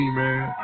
man